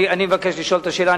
אני מבקש לשאול את השאלה,